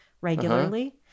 regularly